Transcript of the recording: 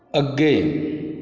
ਅੱਗੇ